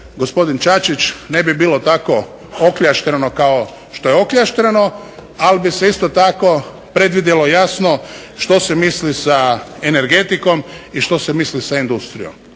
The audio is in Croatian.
gospodin Čačić ne bi bilo tako okljaštreno kao što je okljaštreno, ali bi se isto tako predvidjelo jasno što se misli sa energetikom i što se misli sa industrijom.